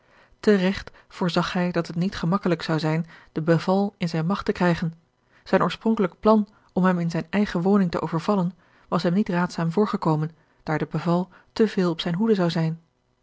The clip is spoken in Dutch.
te regt voorzag hij dat het niet gemakkelijk zou zijn de beval in zijne magt te krijgen zijn oorspronkelijk plan om hem in zijne eigene woning te overvallen was hem niet raadzaam voorgekomen daar de beval te veel op zijne hoede zou zijn